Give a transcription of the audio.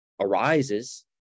arises